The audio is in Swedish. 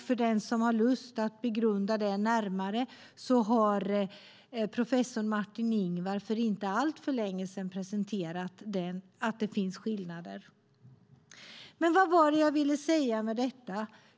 För den som har lust att begrunda det närmare har professor Martin Ingvar för inte alltför länge sedan presenterat att det finns skillnader. Vad är det jag vill säga med detta?